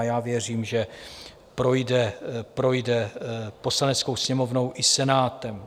A já věřím, že projde Poslaneckou sněmovnou i Senátem.